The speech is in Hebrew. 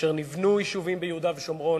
כאשר נבנו יישובים ביהודה ושומרון,